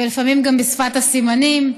ולפעמים גם בשפת הסימנים.